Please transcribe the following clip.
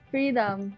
Freedom